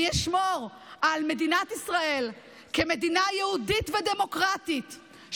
אני אשמור על מדינת ישראל כמדינה יהודית ודמוקרטית,